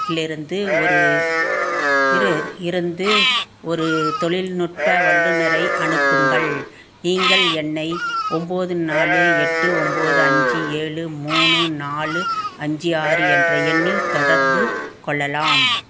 லிருந்து ஒரு இரு இருந்து ஒரு தொழில்நுட்ப வல்லுநரை அனுப்புங்கள் நீங்கள் என்னை ஒம்போது நாலு எட்டு ஒம்போது அஞ்சு ஏழு மூணு நாலு அஞ்சு ஆறு என்ற எண்ணில் தொடர்பு கொள்ளலாம்